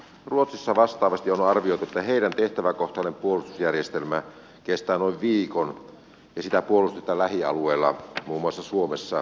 ruotsissa vastaavasti on arvioitu että heidän tehtäväkohtainen puolustusjärjestelmänsä kestää noin viikon ja sitä puolustetaan lähialueilla muun muassa suomessa ja itämerellä